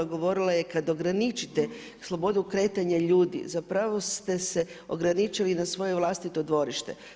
Govorila je kada ograničite slobodu kretanja ljudi zapravo ste se ograničili na svoje vlastito dvorište.